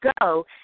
go